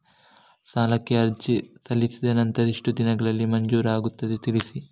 ಸಾಲಕ್ಕೆ ಅರ್ಜಿ ಸಲ್ಲಿಸಿದ ನಂತರ ಎಷ್ಟು ದಿನಗಳಲ್ಲಿ ಮಂಜೂರಾಗುತ್ತದೆ ತಿಳಿಸಿ?